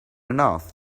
enough